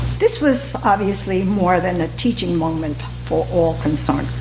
this was obviously more than a teaching moment for all concerned.